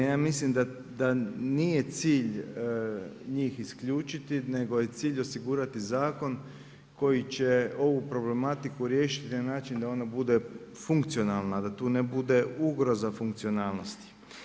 Ja mislim da nije cilj njih isključiti, nego je cilj osigurati zakon koji će ovu problematiku riješiti da ona bude funkcionalan, da tu ne bude ugroza funkcionalnosti.